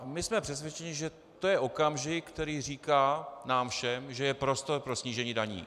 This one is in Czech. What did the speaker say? My jsme přesvědčeni, že to je okamžik, který říká nám všem, že je prostor pro snížení daní.